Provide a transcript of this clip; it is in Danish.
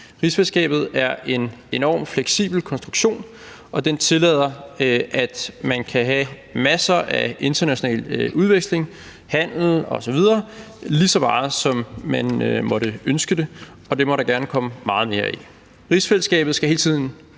Rigsfællesskabet er en enormt fleksibel konstruktion, og den tillader, at man kan have masser af international udveksling, handel osv., så meget, som man måtte ønske det, og det må der gerne komme meget mere af. Rigsfællesskabet skal hele tiden